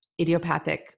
idiopathic